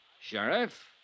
Sheriff